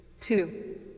two